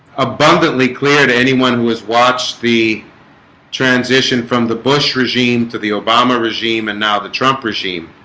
abundantly clear to anyone who has watched the transition from the bush regime to the obama regime and now the trump regime